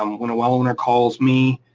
um when a well owner calls me,